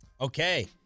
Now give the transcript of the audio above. Okay